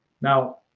Now